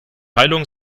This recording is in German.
heilung